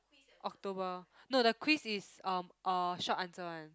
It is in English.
October no the quiz is um uh short answer one